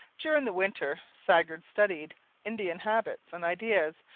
during the winter sagard studied indian habits and ideas,